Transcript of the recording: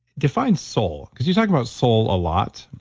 define soul, because you talk about soul a lot.